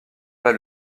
pas